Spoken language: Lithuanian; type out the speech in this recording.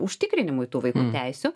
užtikrinimui tų vaikų teisių